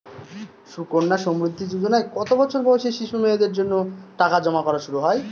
সুকন্যা সমৃদ্ধি যোজনায় কত বছর বয়সী শিশু মেয়েদের জন্য টাকা জমা করা শুরু হয়?